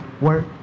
work